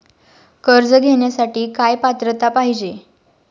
कर्ज घेण्यासाठी काय पात्रता पाहिजे?